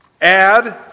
add